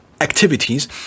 activities